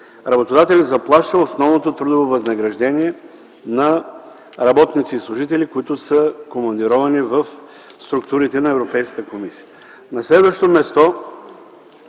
работодателят вече да заплаща основното трудово възнаграждение на работници и служители, командировани в структурите на Европейската комисия.